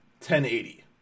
1080